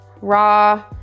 raw